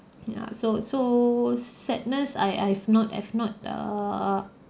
ya so so sadness I I've not have not err